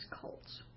cults